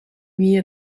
wie